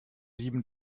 sieben